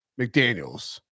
McDaniel's